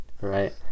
Right